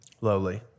lowly